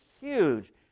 huge